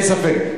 אין ספק.